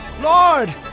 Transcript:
Lord